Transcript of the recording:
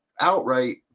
outright